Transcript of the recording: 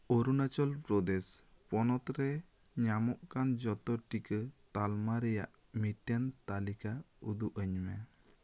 ᱚᱨᱩᱱᱟᱪᱚᱞ ᱯᱨᱚᱫᱮᱥ ᱯᱚᱱᱚᱛ ᱨᱮ ᱧᱟᱢᱚᱜ ᱠᱟᱱ ᱡᱚᱛᱚ ᱴᱤᱠᱟᱹ ᱛᱟᱞᱢᱟ ᱨᱮᱭᱟᱜ ᱢᱤᱫᱴᱮᱱ ᱛᱟᱹᱞᱤᱠᱟ ᱩᱫᱩᱜ ᱟᱹᱧ ᱢᱮ